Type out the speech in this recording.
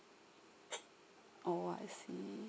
oh I see